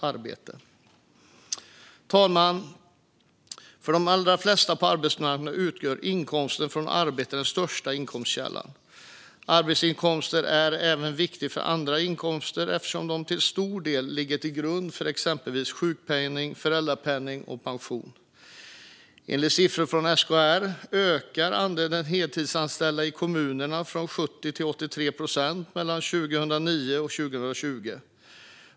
Herr talman! För de allra flesta på arbetsmarknaden utgör inkomster från arbete den största inkomstkällan. Arbetsinkomsten är även viktig för andra inkomster eftersom den till stor del ligger till grund för exempelvis sjukpenning, föräldrapenning och pension. Enligt siffror från SKR ökade andelen heltidsanställda i kommunerna från 70 till 83 procent mellan 2009 och 2020.